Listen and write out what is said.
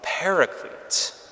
paraclete